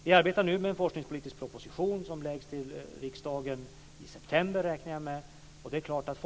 Vi arbetar nu med en forskningspolitisk proposition som jag räknar med läggs fram för riksdagen i september.